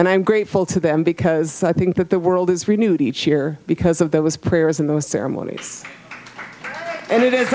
and i'm grateful to them because i think that the world is renewed each year because of that was prayers and those ceremonies and it is